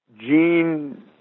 Gene